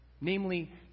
namely